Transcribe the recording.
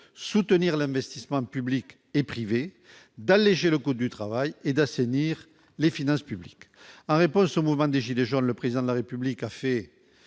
soutenir l'investissement public et privé d'alléger le coût du travail est d'assainir les finances publiques en réponse au mouvement des Gilets jaunes, le président de la République a fait